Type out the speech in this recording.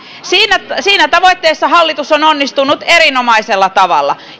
siinä siinä tavoitteessa hallitus on onnistunut erinomaisella tavalla